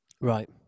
right